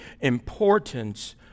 importance